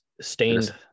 stained